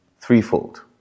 threefold